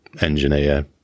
engineer